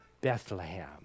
Bethlehem